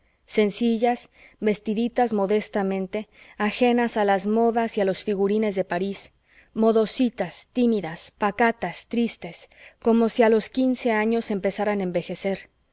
sencillas vestiditas modestamente ajenas a las modas y a los figurines de parís modositas tímidas pacatas tristes como si a los quince años empezaran a envejecer